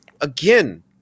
Again